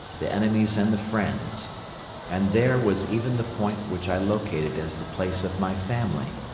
the enemies and the friends and there was even the point which i located as the place of my family.